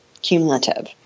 Cumulative